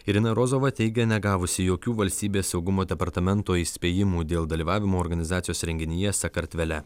irina rozova teigia negavusi jokių valstybės saugumo departamento įspėjimų dėl dalyvavimo organizacijos renginyje sakartvele